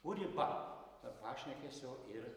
kur riba tarp pašnekesio ir